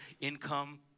income